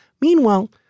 Meanwhile